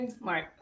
Mark